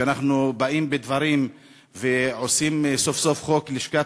שאנחנו באים בדברים ועושים סוף-סוף חוק לשכת